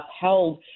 upheld